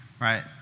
right